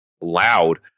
loud